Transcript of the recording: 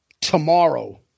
Tomorrow